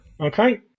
Okay